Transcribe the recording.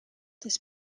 this